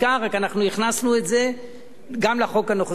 ואנחנו רק הכנסנו את זה גם לחוק הנוכחי,